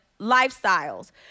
lifestyles